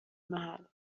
محل